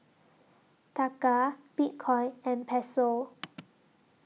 Taka Bitcoin and Peso